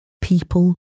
people